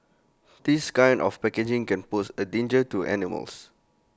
this kind of packaging can pose A danger to animals